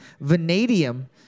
vanadium